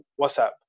WhatsApp